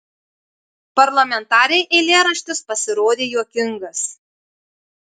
parlamentarei eilėraštis pasirodė juokingas